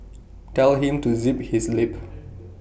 tell him to zip his lip